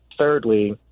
thirdly